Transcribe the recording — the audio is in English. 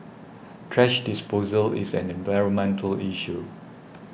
thrash disposal is an environmental issue